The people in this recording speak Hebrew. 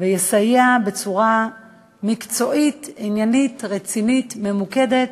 ויסייע בצורה מקצועית, עניינית, רצינית, ממוקדת,